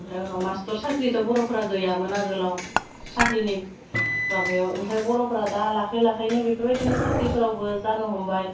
ओमफ्राय उनाव मास्टार साख्रिथ' बर'फोरा गैयामोन आगोलाव साख्रिनि माबायाव ओमफ्राय बर'फोरा दा लासै लासैनो बिफोरबायदिनो साख्रिफोरावबो जानो हमबाय